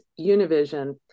Univision